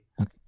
Okay